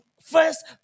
first